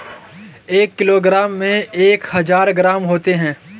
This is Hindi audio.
एक किलोग्राम में एक हज़ार ग्राम होते हैं